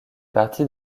partie